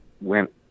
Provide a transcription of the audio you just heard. went